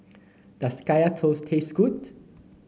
does Kaya Toast taste good